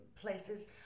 places